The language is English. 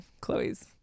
chloe's